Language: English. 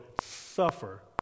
suffer